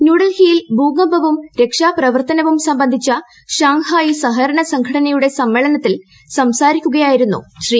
ന്യൂഡൽഹിയിൽ ഭൂകമ്പവും രക്ഷാപ്രവർത്തനവും സംബന്ധിച്ച ഷാങ്ഹായ് സഹകരണ സംഘടനയുടെ സമ്മേളനത്തിൽ സംസാരിക്കുകയായിരുന്നു ശ്രീ